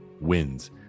wins